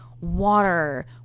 water